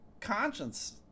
conscience